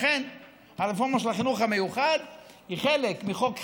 אכן הרפורמה של החינוך המיוחד היא חלק מחוק חינוך.